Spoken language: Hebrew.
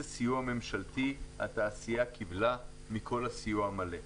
סיוע ממשלתי התעשייה קיבלה מכל הסיוע המלא.